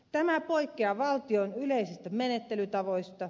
tämä poikkeaa valtion yleisistä menettelytavoista